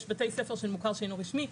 יש בתי ספר של מוכר שאינו רשמי,